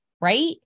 Right